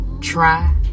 Try